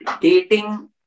dating